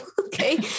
okay